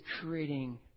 creating